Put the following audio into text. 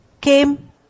came